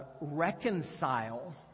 reconcile